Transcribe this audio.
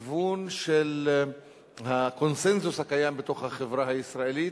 לכיוון של הקונסנזוס הקיים בתוך החברה הישראלית,